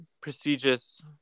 prestigious